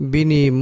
Bini